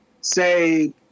say